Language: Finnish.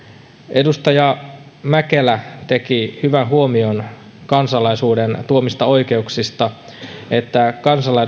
edustaja mäkelä teki hyvän huomion kansalaisuuden tuomista oikeuksista sen että